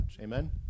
Amen